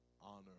honor